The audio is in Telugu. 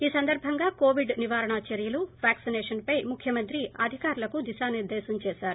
ఈ సందర్బంగా కోవిడ్ నివారణ చర్యలు వ్యాక్సిసేషన్పై ముఖ్యమంత్రి అధికారులకు దిశానిర్గేశం చేశారు